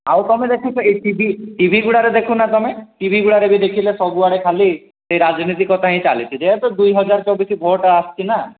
ଆଉ ତୁମେ ଦେଖୁଛ ଏଇ ଟି ଭି ଟିଭିଗୁଡ଼ାରେ ଦେଖୁନ ତୁମେ ଟିଭିଗୁଡ଼ାରେ ବି ଦେଖିଲେ ସବୁଆଡ଼େ ଖାଲି ସେଇ ରାଜନୀତି କଥା ହିଁ ଚାଲିଛି ଯେହେତୁ ଦୁଇହଜାର ଚବିଶି ଭୋଟ୍ ଆସୁଛି ନା